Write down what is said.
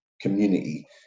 community